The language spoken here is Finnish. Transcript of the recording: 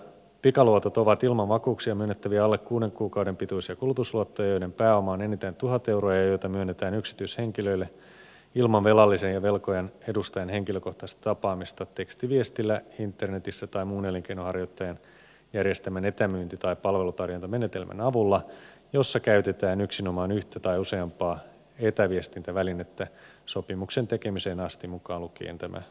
pikaluotot ovat ilman vakuuksia myönnettäviä alle kuuden kuukauden pituisia kulutusluottoja joiden pääoma on enintään tuhat euroa ja joita myönnetään yksityishenkilöille ilman velallisen ja velkojan edustajan henkilökohtaista tapaamista tekstiviestillä internetissä tai muun elinkeinonharjoittajan järjestämän etämyynti tai palvelutarjontamenetelmän avulla jossa käytetään yksinomaan yhtä tai useampaa etäviestintävälinettä sopimuksen tekemiseen asti mukaan lukien sopimuksen tekeminen